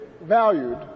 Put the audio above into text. valued